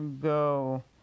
go